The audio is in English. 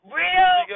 real